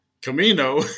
Camino